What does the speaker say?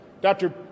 Dr